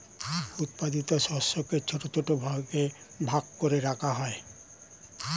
উৎপাদিত শস্যকে ছোট ছোট ভাবে ভাগ করে রাখা হয়